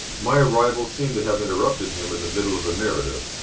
my arrival seemed to have interrupted him in the middle of narrative.